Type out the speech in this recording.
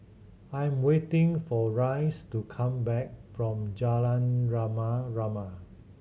I'm waiting for Rice to come back from Jalan Rama Rama